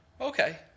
okay